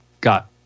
got